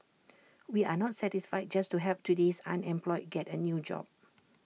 we are not satisfied just to help today's unemployed get A new job